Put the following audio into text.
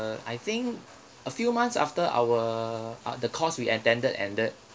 I think a few months after our ah the course we attended ended